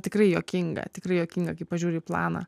tikrai juokinga tikrai juokinga kai pažiūri į planą